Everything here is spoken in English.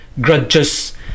grudges